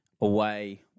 Away